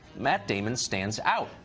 matt damon stands out.